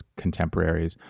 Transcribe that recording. contemporaries